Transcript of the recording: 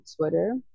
Twitter